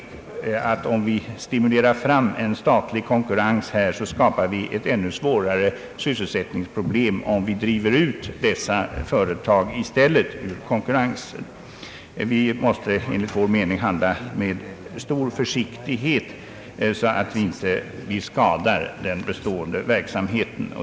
Om vi stimulerar till en statlig konkurrens här, löper vi risk att genom denna konkurrens driva ut de privata företag som nu är verksamma i detta område och därigenom skapa ännu svårare sysselsättningsproblem. Vi måste enligt min mening handla med stor försiktighet så att vi inte skadar den bestående verksamheten.